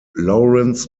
laurens